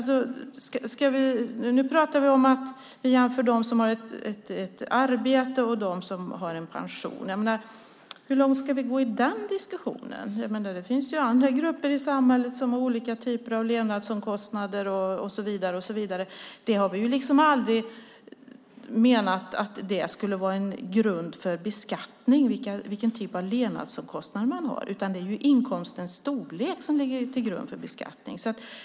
Nu jämför vi dem som har ett arbete och dem som har pension. Hur långt ska vi gå i den diskussionen? Det finns andra grupper i samhället som har olika typer av levnadsomkostnader och så vidare. Vi har aldrig menat att vilken typ av levnadsomkostnader man har skulle vara en grund för beskattning. Det är inkomstens storlek som ligger till grund för beskattning.